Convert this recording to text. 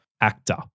actor